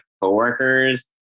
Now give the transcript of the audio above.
coworkers